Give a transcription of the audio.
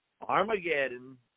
Armageddon